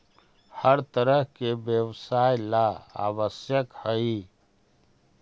हर तरह के व्यवसाय ला आवश्यक हई